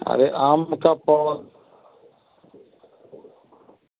अरे आम का पौधा